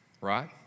right